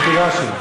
בחירה שלו.